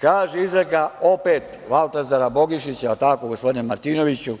Kaže izreka, opet Valtazara Bogišića, je li tako, gospodine Martinoviću –